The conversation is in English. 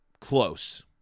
close